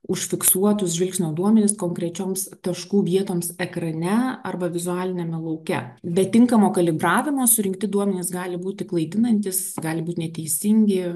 užfiksuotus žvilgsnio duomenis konkrečioms taškų vietoms ekrane arba vizualiniame lauke be tinkamo kalibravimo surinkti duomenys gali būti klaidinantys gali būt neteisingi